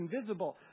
invisible